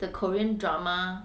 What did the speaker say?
the korean drama